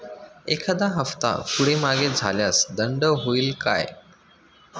एखादा हफ्ता पुढे मागे झाल्यास दंड होईल काय?